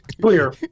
Clear